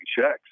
checks